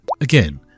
Again